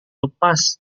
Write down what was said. lepas